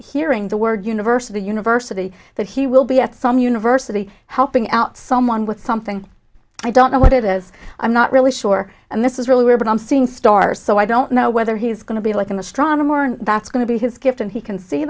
hearing the word university university that he will be at some university helping out someone with something i don't know what it is i'm not really sure and this is really what i'm seeing start so i don't know whether he's going to be like an astronomer and that's going to be his gift and he can see